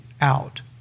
out